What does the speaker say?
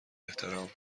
احترام